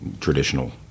traditional